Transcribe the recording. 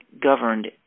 governed